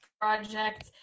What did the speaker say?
project